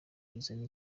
bizana